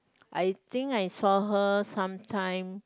I think I saw her sometime